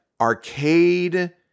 arcade